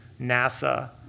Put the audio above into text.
NASA